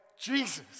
Jesus